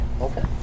okay